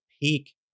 peak